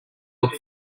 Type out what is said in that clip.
look